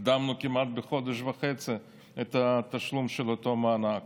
הקדמנו כמעט בחודש וחצי את התשלום של אותו מענק.